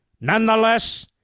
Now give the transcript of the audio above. Nonetheless